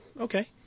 okay